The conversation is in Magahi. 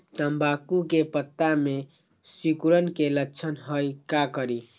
तम्बाकू के पत्ता में सिकुड़न के लक्षण हई का करी?